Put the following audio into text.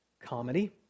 comedy